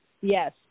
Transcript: Yes